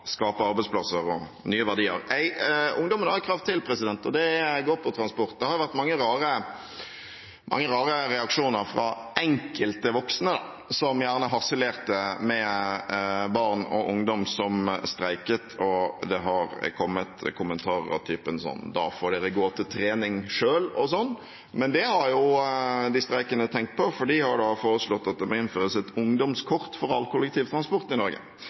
skape arbeidsplasser og nye verdier. Ungdommen har ett krav til, og det går på transport. Det har vært mange rare reaksjoner fra enkelte voksne, som harselerte med barn og ungdom som streiket, og det har kommet kommentarer av typen «da får dere gå til trening selv». Men det har de streikende tenkt på, for de har foreslått at det må innføres et ungdomskort for all kollektivtransport i Norge,